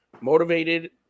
motivated